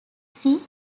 see